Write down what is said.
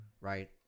right